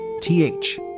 Th